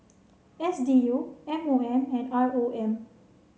S D U M O M and R O M